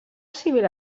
civil